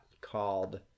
called